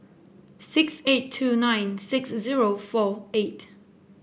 six eight two nine six zero four eight